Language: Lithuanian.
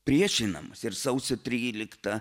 priešinamasi ir sausio tryliktą